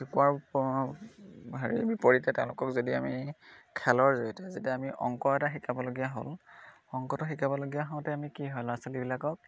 শিকোৱাৰ হেৰি বিপৰীতে তেওঁলোকক যদি আমি খেলৰ জড়িয়তে যেতিয়া আমি অংক এটা শিকাবলগীয়া হ'ল অংকটো শিকাবলগীয়া হওঁতে আমি কি হয় ল'ৰা ছোৱালীবিলাকক